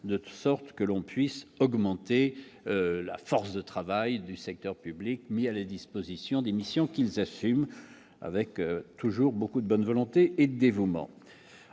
de sorte que l'on puisse augmenter la force de travail du secteur public, mis à la disposition des missions qu'ils assument avec toujours beaucoup de bonne volonté et dévouement,